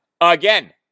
again